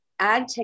AgTech